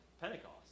Pentecost